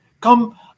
Come